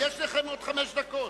יש לכם עוד חמש דקות.